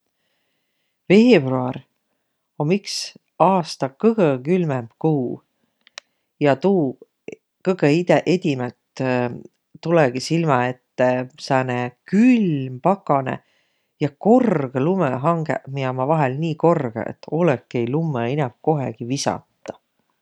Veebruar om iks aasta kõgõ külmemb kuu. Ja tuu kõgõ ide- edimält tulõgi silmä ette sääne külm pakanõ ja korgõq lumõhangõq, miä ommaq vahel nii korgõq, et olõki-i lummõ inämb kohegi visataq.